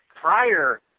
prior